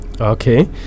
Okay